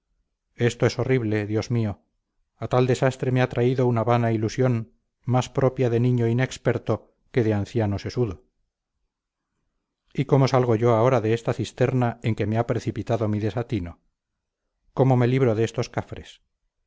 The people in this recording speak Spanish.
esto es horrible dios mío a tal desastre me ha traído una vana ilusión más propia de niño inexperto que de anciano sesudo y cómo salgo yo ahora de esta cisterna en que me ha precipitado mi desatino cómo me libro de estos cafres